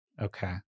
okay